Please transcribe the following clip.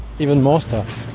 even more stuff?